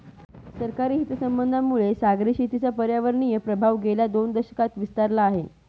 सरकारी हितसंबंधांमुळे सागरी शेतीचा पर्यावरणीय प्रभाव गेल्या दोन दशकांत विस्तारला आहे